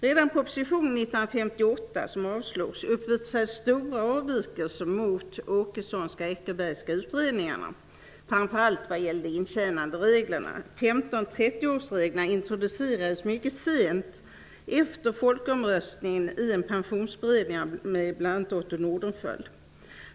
Redan 1958 års proposition, som avslogs, uppvisade stora avvikelser från de Åkessonska och Eckerbergska utredningarna, framför allt vad gällde intjänandereglerna. 15/30-årsreglerna introducerades mycket sent -- efter folkomröstningen -- i en pensionsberedning med medverkan av bl.a. Otto Nordenskiöld.